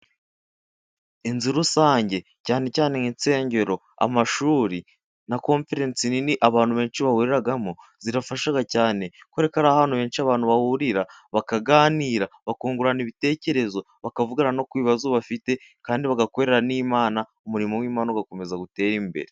Inzu rusange cyane cyane nk'insengero, amashuri na confirensi nini abantu benshi bahuriramo zirafasha cyane kuberako ari ahantu henshi abantu bahurira bakaganira, bakungurana ibitekerezo, bakavugana no kubibazo bafite kandi bagakorera n'Imana umurimo w'imana ugakomeza gutera imbere.